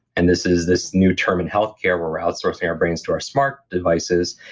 and this is this new term in healthcare, where we're outsourcing our brains to our smart devices,